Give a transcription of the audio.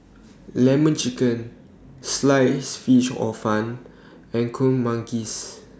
Lemon Chicken Sliced Fish Hor Fun and Kuih Manggis